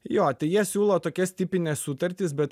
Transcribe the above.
jo tai jie siūlo tokias tipines sutartis bet